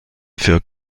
für